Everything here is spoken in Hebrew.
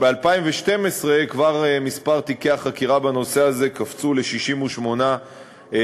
ב-2012 מספר תיקי החקירה בנושא הזה כבר קפץ ל-68 תיקים,